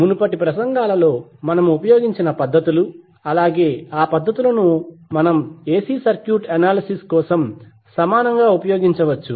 మునుపటి ప్రసంగాలలో మనము ఉపయోగించిన పద్ధతులుఅలాగే ఆ పద్ధతులను మనం ఎసి సర్క్యూట్ అనాలిసిస్ కోసం సమానంగా ఉపయోగించవచ్చు